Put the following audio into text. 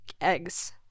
eggs